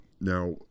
Now